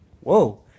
Whoa